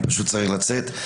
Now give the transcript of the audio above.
אני פשוט צריך לצאת.